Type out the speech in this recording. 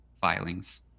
filings